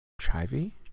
Chivy